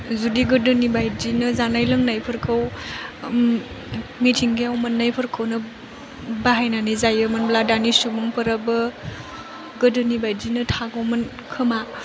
जुदि गोदोनि बायदिनो जानाय लोंनायफोरखौ मिथिंगायाव मोननायफोरखौनो बाहायनानै जायोमोनब्ला दानि सुबुंफोराबो गोदोनि बायदिनो थागौमोन खोमा